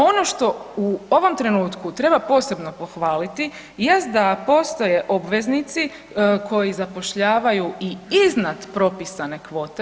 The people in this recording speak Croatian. Ono što u ovom trenutku treba posebno pohvaliti jest da postoje obveznici koji zapošljavaju i iznad propisane kvote.